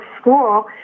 school